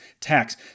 tax